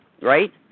right